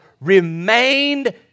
remained